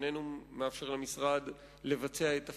איננו מאפשר למשרד לבצע את תפקידיו,